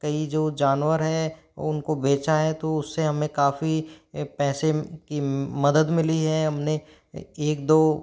कई जो जानवर है उनको बेचा है तो उस से हमें काफ़ी पैसे की मदद मिली है हम ने एक दो